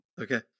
Okay